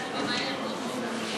איסור שידול להמרת דת),